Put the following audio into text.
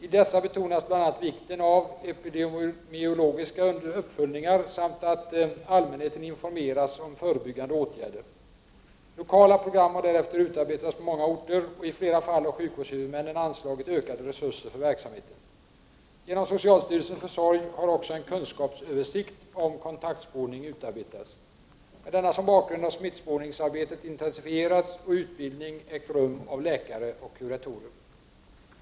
I dessa betonas bl.a. vikten av att epidemiologiska uppföljningar görs samt att allmänheten informeras om förebyggande åtgärder. Lokala program har därefter utarbetats på många orter, och i flera fall har sjukvårdshuvudmännen anslagit ökade resurser för verksamheten. Genom socialstyrelsens försorg har också en kunskapsöversikt om kontaktspårning utarbetats. Med denna som grund har smittspårningsarbetet intensifierats och utbildning av läkare och kuratorer ägt rum.